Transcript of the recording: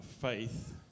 faith